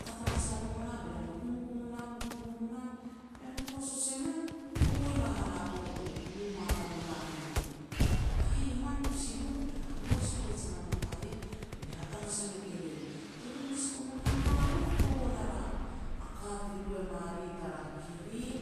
kat hamas a no nah be lam e gumgum u nam, gumgum u nam, lam koso e nah ba hula a hala poupout momoa tamulam e nah. Be lam, "Aih e man pasi no." Be lam hamois poij e nam a ka ien be lia hat hamas e nouk eiau, "Eri ma kumin haharoi kuru ner a ka ti lu e ma ri tar a kirin,